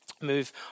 Move